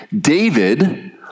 David